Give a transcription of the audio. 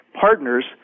partners